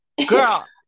Girl